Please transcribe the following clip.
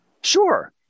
Sure